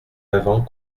avant